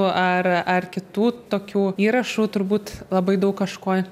ar ar kitų tokių įrašų turbūt labai daug kažko